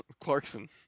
Clarkson